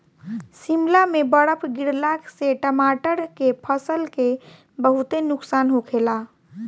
शिमला में बरफ गिरला से टमाटर के फसल के बहुते नुकसान होखेला